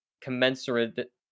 commensurate